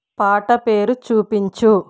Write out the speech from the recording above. పాట పేరు చూపించు